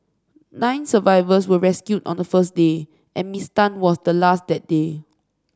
nine survivors were rescued on the first day and Miss Tan was the last that day